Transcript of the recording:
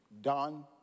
done